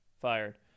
fired